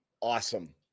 awesome